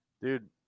Dude